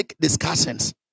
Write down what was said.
discussions